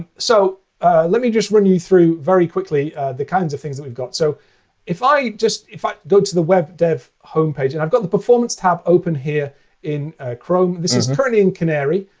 so let me just run you through very quickly the kinds of things that we've got. so if i just if i go to the web dev home page and i've got the performance tab open here in chrome. this is currently in canary.